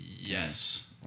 Yes